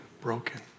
broken